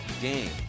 game